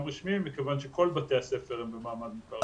רשמיים מכיוון שכל בתי הספר הם במעמד מוכר אינו רשמי.